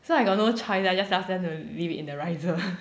so I got no choice lah just ask them to leave it in the riser